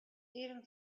even